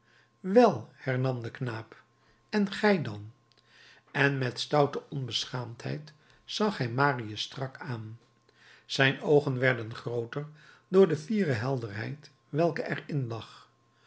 wel hernam de knaap en gij dan en met stoute onbeschaamdheid zag hij marius strak aan zijn oogen werden grooter door de fiere helderheid welke er in lag